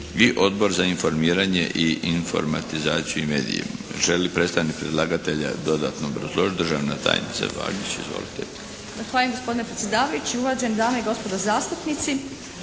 i Odbor za informiranje i informatizaciju i medije. Želi li predstavnik predlagatelja dodatno obrazložiti? Državna tajnica Bagić. Izvolite! **Bagić, Snježana** Zahvaljujem gospodine predsjedavajući, uvažene dame i gospodo zastupnici.